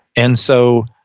and so,